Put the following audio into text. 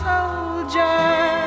Soldier